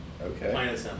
Okay